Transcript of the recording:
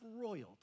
royalty